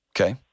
Okay